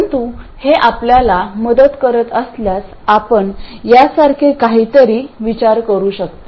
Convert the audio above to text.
परंतु हे आपल्याला मदत करत असल्यास आपण यासारखे काहीतरी विचार करू शकता